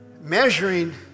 Measuring